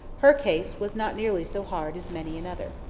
her case was not nearly so hard as many another.